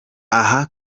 aha